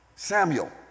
Samuel